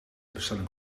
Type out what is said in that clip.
bestelling